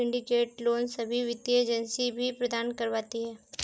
syndicate loan सभी वित्तीय agency भी प्रदान करवाती है